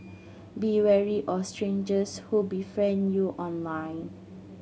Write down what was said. be wary of strangers who befriend you online